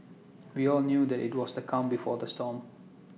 we all knew that IT was the calm before the storm